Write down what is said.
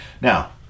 Now